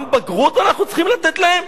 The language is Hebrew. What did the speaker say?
גם בגרות אנחנו צריכים לתת להם?